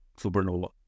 supernova